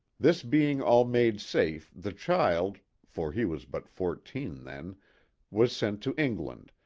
this being all made safe the child for he was but fourteen then was sent to england,